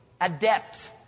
adept